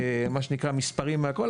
מספרים והכל,